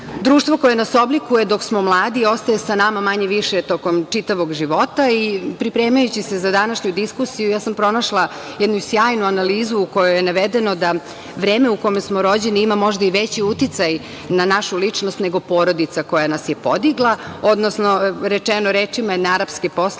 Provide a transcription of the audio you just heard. koje nas oblikuje dok smo mladi ostaje sa nama manje-više tokom čitavog života i pripremajući se za današnju diskusiju ja sam pronašla jednu sjajnu analizu u kojoj je navedeno da vreme u kome smo rođeni ima možda i veći uticaj na našu ličnost nego porodica koja nas je podigla, odnosno, rečeno rečima jedne arapske poslovice